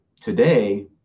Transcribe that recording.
Today